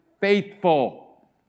faithful